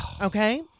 Okay